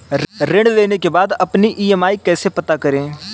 ऋण लेने के बाद अपनी ई.एम.आई कैसे पता करें?